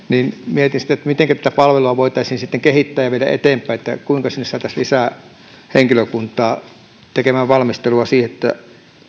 mietin mitenkä tätä palvelua voitaisiin sitten kehittää ja viedä eteenpäin ja kuinka sinne saataisiin lisää henkilökuntaa tekemään valmistelua siihen että